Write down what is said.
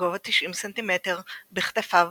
לגובה 90 ס"מ בכתפיו